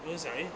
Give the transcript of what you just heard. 我都想 eh